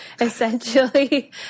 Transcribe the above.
essentially